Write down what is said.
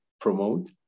promote